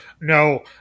No